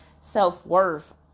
self-worth